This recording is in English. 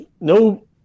no